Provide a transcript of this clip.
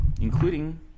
including